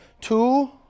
Two